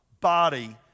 body